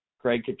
Craig